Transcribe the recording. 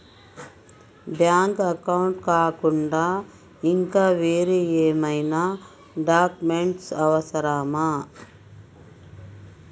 Bank account కాకుండా ఇంకా వేరే ఏమైనా డాక్యుమెంట్స్ అవసరమా?